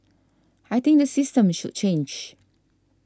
I think the system should change